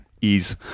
Ease